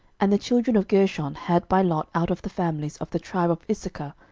and the children of gershon had by lot out of the families of the tribe of issachar,